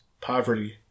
Poverty